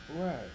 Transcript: Right